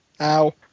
ow